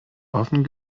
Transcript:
offen